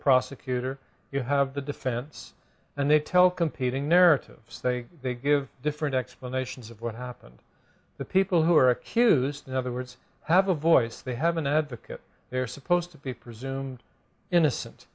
prosecutor you have the defense and they tell competing narratives they give different explanations of what happened the people who are accused in other words have a voice they have an advocate they're supposed to be presumed innocent